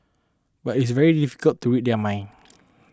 but it's very difficult to read their minds